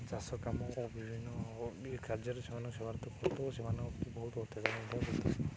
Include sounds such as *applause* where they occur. ଚାଷ କାମ *unintelligible* କାର୍ଯ୍ୟରେ ସେମାନଙ୍କୁ *unintelligible*